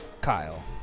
Kyle